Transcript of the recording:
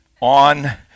on